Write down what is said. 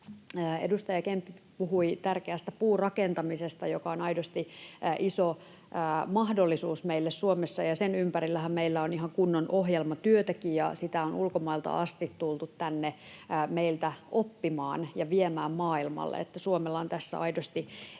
Edustaja Kemppi puhui tärkeästä puurakentamisesta, joka on aidosti iso mahdollisuus meille Suomessa. Sen ympärillähän meillä on ihan kunnon ohjelmatyötäkin, ja sitä on ulkomailta asti tultu tänne meiltä oppimaan ja viemään maailmalle, eli Suomella on tässä aidosti